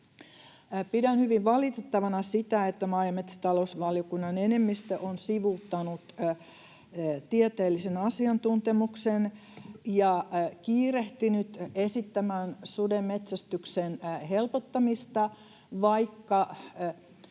Pidän hyvin valitettavana sitä, että maa- ja metsätalousvaliokunnan enemmistö on sivuuttanut tieteellisen asiantuntemuksen ja kiirehtinyt esittämään suden metsästyksen helpottamista, vaikka